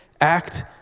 act